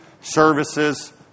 services